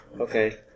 okay